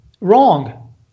Wrong